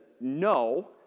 no